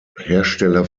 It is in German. hersteller